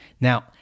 Now